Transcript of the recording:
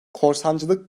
korsancılık